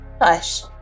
hush